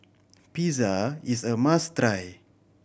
pizza is a must try